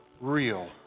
real